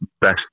best